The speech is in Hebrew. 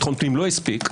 ביטחון לאומי לא הספיק,